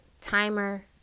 timer